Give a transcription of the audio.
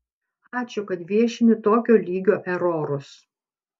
ačiū kad viešini tokio lygio erorus